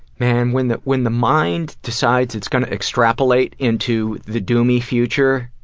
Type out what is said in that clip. man, when the when the mind decides it's gonna extrapolate into the doomy future,